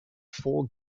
four